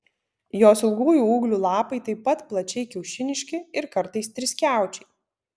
jos ilgųjų ūglių lapai taip pat plačiai kiaušiniški ir kartais triskiaučiai